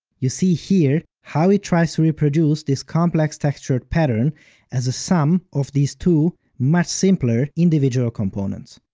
you see here how it tries to reproduce this complex textured pattern as a sum of these two, much simpler individual components.